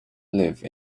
live